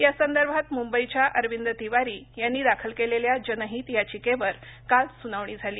या संदर्भात मुंबईच्या अरविंद तिवारी यांनी दाखल केलेल्या जनहित याचिकेवर काल सुनावणी झाली